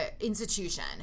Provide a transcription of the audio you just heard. institution